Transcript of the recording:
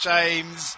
James